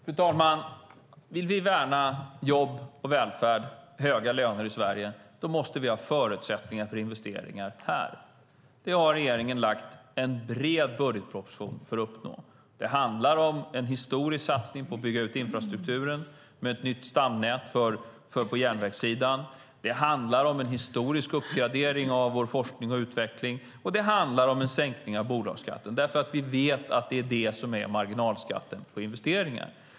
Fru talman! Vill vi värna jobb, välfärd och höga löner i Sverige måste vi ha förutsättningar för investeringar här. Det har regeringen lagt fram en bred budgetproposition för att uppnå. Det handlar om en historisk satsning på att bygga ut infrastrukturen med ett nytt stamnät på järnvägssidan, det handlar om en historisk uppgradering av vår forskning och utveckling, och det handlar om en sänkning av bolagsskatten därför att vi vet att det är det som är marginalskatten på investeringar.